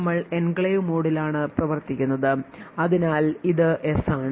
ഞങ്ങൾ എൻക്ലേവ് മോഡിലാണ് പ്രവർത്തിക്കുന്നത് അതിനാൽ ഇത് yes ആണ്